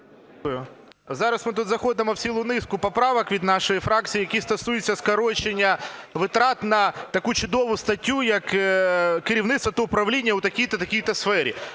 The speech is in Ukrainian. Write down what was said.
Зараз ми тут заходимо в цілу низку поправок від нашої фракції, які стосуються скорочення витрат на таку чудову статтю, як керівництво та управління у такій-то,